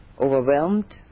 Overwhelmed